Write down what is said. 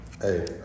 Hey